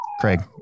Craig